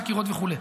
חקירות וכו'.